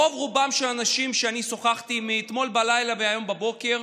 רוב-רובם של האנשים שאני שוחחתי איתם מאתמול בלילה והיום בבוקר,